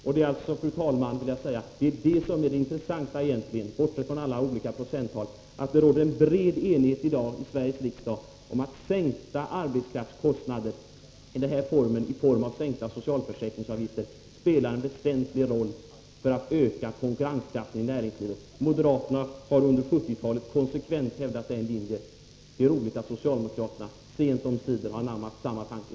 Jag vill, fru talman, säga att det egentligen är det som är det intressanta, bortsett från alla olika procenttal — att det råder en bred enighet i dag i Sveriges riksdag om att sänkta arbetskraftskostnader till följd av sänkta socialförsäkringsavgifter spelar en väsentlig roll för att öka konkurrenskraften i näringslivet. Moderaterna har under 70-talet konsekvent hävdat den linjen, och det är roligt att kunna konstatera att socialdemokraterna sent om sider har anammat samma tanke.